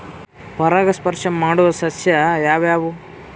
ಪರಾಗಸ್ಪರ್ಶ ಮಾಡಾವು ಸಸ್ಯ ಯಾವ್ಯಾವು?